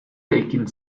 taking